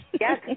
Yes